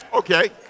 Okay